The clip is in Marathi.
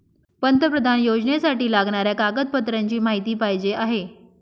पंतप्रधान योजनेसाठी लागणाऱ्या कागदपत्रांची माहिती पाहिजे आहे